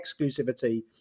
exclusivity